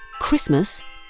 Christmas